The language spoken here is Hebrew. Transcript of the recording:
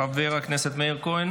חבר הכנסת אחמד טיבי,